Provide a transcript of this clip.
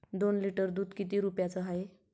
दोन लिटर दुध किती रुप्याचं हाये?